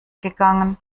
gegangen